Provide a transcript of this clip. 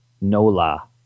NOLA